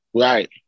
Right